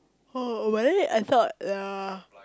oh but then I thought uh